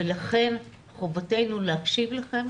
לכן חובתנו להקשיב לכם,